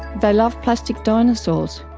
they love plastic dinosaurs.